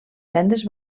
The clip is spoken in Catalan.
cendres